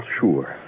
sure